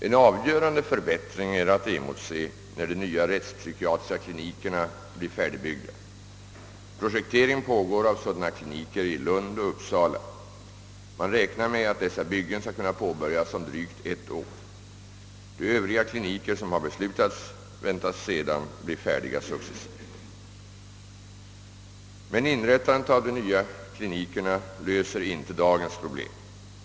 En avgörande förbättring är att emotse, när de nya rättspsykiatriska klinikerna blir färdigbyggda. Projektering pågår av sådana kliniker i Lund och Uppsala. Man räknar med att dessa byggen skall kunna påbörjas om drygt ett år. De övriga kliniker, som har beslutats, väntas sedan bli färdiga successivt. Inrättandet av de nya klinikerna löser emellertid inte dagens problem.